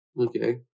okay